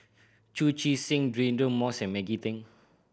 Chu Chee Seng Deirdre Moss and Maggie Teng